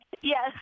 Yes